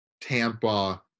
Tampa